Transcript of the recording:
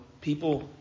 people